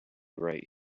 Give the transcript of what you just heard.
right